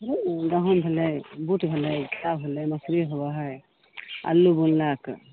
हूँ गहूँम भेलै बूट भेलै केराउ भेलै मसुरी होबै है आलू बुनलक